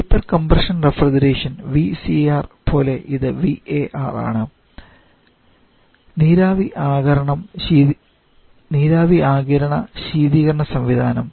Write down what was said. vapour compression refrigeration VCR പോലെ ഇത് VAR ആണ് നീരാവി ആഗിരണ ശീതീകരണ സംവിധാനം